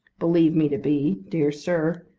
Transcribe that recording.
believe me to be, dear sir,